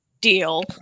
deal